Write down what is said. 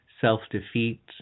self-defeat